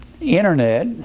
internet